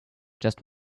just